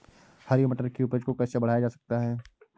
हरी मटर की उपज को कैसे बढ़ाया जा सकता है?